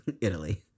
Italy